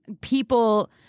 people –